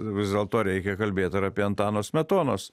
vis dėlto reikia kalbėt ir apie antano smetonos